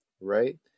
right